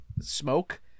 smoke